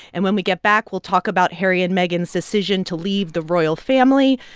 and when we get back, we'll talk about harry and meghan's decision to leave the royal family.